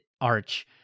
Arch